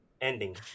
ending